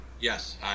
Yes